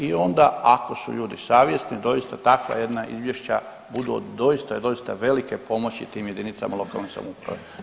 I onda, ako su ljudi savjesni doista takva jedna izvješća budu od doista, doista velike pomoći tim jedinicama lokalne samouprave.